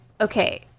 okay